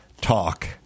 talk